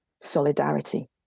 solidarity